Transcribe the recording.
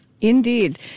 Indeed